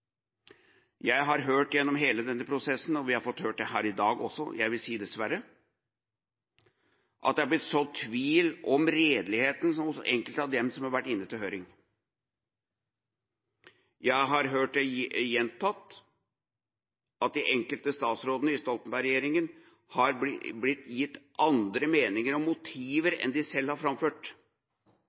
Jeg har hørt – gjennom hele denne prosessen – og vi har hørt det her i dag også, jeg vil si dessverre, at det har blitt sådd tvil om redeligheten hos enkelte av dem som har vært inne til høring. Jeg har hørt det gjentatt at de enkelte statsrådene i Stoltenberg-regjeringa har blitt tillagt andre meninger og motiver enn de selv har framført.